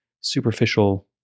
superficial